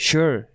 Sure